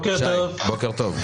בוקר טוב.